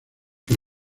que